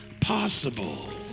possible